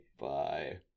Bye